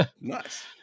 Nice